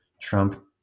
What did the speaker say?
Trump